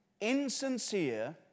insincere